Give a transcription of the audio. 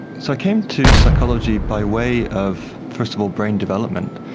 so i came to psychology by way of first of all brain development,